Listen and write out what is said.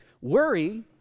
Worry